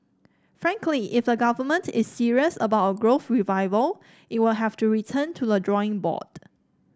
frankly if the government is serious about a growth revival it will have to return to the drawing board